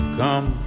come